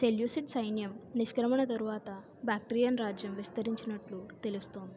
Seleucid సైన్యం నిష్క్రమణ తరువాత బాక్ట్రియన్ రాజ్యం విస్తరించినట్లు తెలుస్తుంది